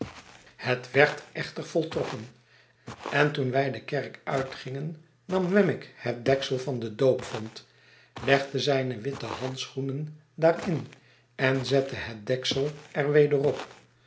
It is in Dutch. het werd echter voltrokken en toen wij de kerk uitgingen nam wemmick het deksel van de doopvont legde zijne witte handschoenen daarin en zette het deksel er weder op